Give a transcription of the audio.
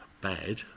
bad